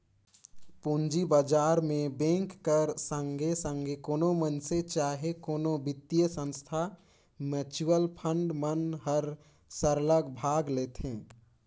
पूंजी बजार में बेंक कर संघे संघे कोनो मइनसे चहे कोनो बित्तीय संस्था, म्युचुअल फंड मन हर सरलग भाग लेथे